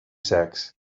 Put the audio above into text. sacks